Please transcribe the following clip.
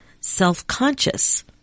self-conscious